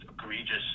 egregious